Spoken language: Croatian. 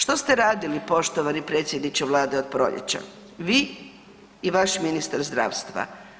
Što ste radili poštovani predsjedniče Vlade od proljeća, vi i vaš ministar zdravstva?